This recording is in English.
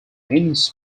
means